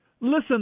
listen